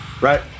Right